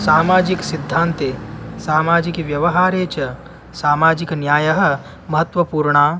सामाजिक सिद्धान्ते सामाजिकव्यवहारे च सामाजिकन्यायः महत्वपूर्णाम्